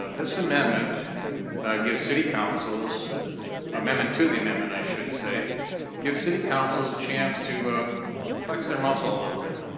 ah amendment gives city councils amendment to the amendment i should say gives city councils a chance to ah flex their muscle a little bit.